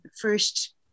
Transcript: first